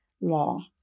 law